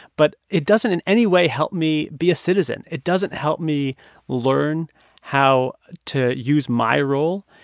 but it doesn't in any way help me be a citizen. it doesn't help me learn how to use my role.